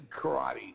karate